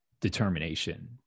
determination